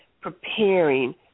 preparing